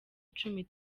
icumi